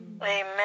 Amen